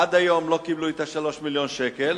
עד היום לא קיבלו את 3 מיליוני השקלים,